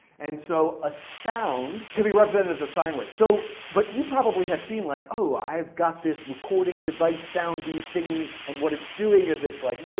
and so a sound can be represented as a sine wave. so but you probably have seen like, oh, i've got this recording device soundy thingy and what it's doing is it's like